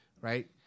right